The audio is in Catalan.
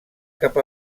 cap